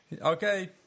Okay